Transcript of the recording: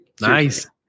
Nice